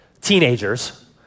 teenagers